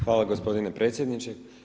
Hvala gospodine predsjedniče.